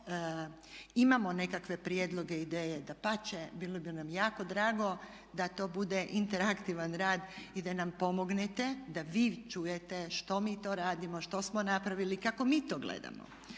imamo nekakve prijedloge i ideje dapače bilo bi nam jako drago da to bude interaktivan rad i da nam pomognete, da vi čujete što mi to radimo, što smo napravili, kako mi to gledamo.